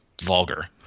vulgar